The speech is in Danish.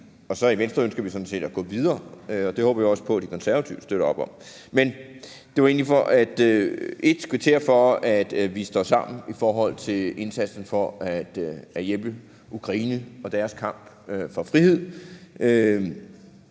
I Venstre ønsker vi sådan set at gå videre, og det håber vi også på at De Konservative vil støtte op om. Men det var egentlig for at sige, at vi står sammen i forhold til indsatsen for at hjælpe Ukraine i deres kamp for frihed.